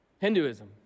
Hinduism